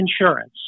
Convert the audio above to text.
insurance